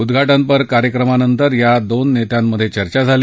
उद्घाटनपर कार्यक्रमानंतर या दोन नेत्यांत चर्चा झाली